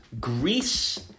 Greece